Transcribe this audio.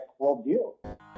worldview